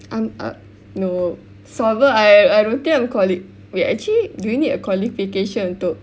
um uh no swabber I I don't think I'm quali~ wait actually do you need a qualification untuk